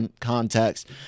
context